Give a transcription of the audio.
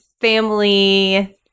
family